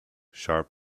sharp